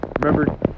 Remember